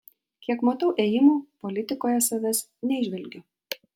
kiek matau ėjimų politikoje savęs neįžvelgiu